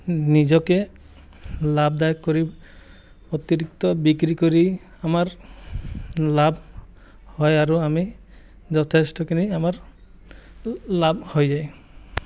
নিজকে লাভদায়ক কৰি অতিৰিক্ত বিক্ৰী কৰি আমাৰ লাভ হয় আৰু আমি যথেষ্টখিনি আমাৰ লাভ হৈ যায়